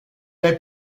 est